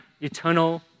eternal